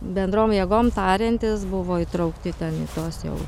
bendrom jėgom tariantis buvo įtraukti ten į tuos jau